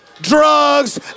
Drugs